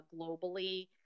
globally